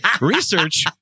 research